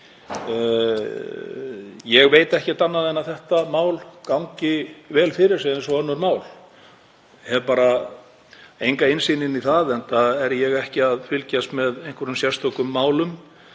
annað en að þetta mál gangi vel fyrir sig eins og önnur mál. Ég hef bara enga innsýn inn í það, enda er ég ekki að fylgjast með einhverjum sérstökum málum